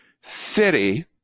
city